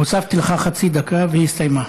הוספתי לך חצי דקה, והיא הסתיימה.